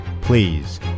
Please